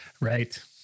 Right